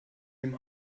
dem